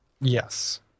Yes